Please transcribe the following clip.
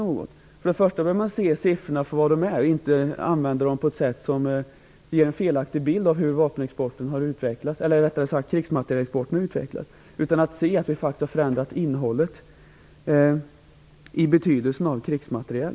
Man bör se siffrorna för vad de är och inte använda dem på det sättet att de ger en felaktig bild av hur krigsmaterielexporten har utvecklats. Man bör se att vi har förändrat innehållet i betydelsen av krigsmateriel.